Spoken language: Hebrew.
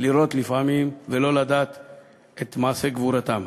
לראות לפעמים ולא לדעת את מעשה גבורתם.